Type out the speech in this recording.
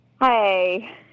Hi